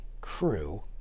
crew